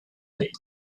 lead